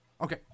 Okay